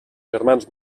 germans